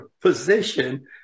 position